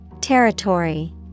Territory